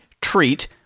treat